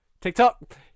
TikTok